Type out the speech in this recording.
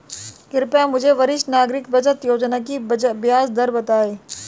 कृपया मुझे वरिष्ठ नागरिक बचत योजना की ब्याज दर बताएं